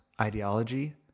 ideology